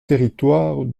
territoire